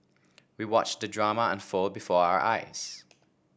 we watched the drama unfold before our eyes